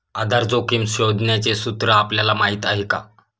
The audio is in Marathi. आधार जोखिम शोधण्याचे सूत्र आपल्याला माहीत आहे का?